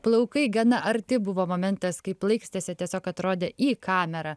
plaukai gana arti buvo momentas kai plaikstėsi tiesiog atrodė į kamerą